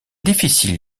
difficile